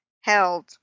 held